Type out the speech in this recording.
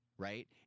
Right